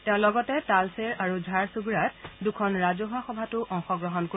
তেওঁ লগতে টালচেৰ আৰু ঝাৰচুণ্ডাত দুখন ৰাজহুৱা সভাতো অংশগ্ৰহণ কৰিব